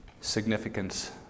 significance